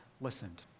listened